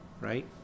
right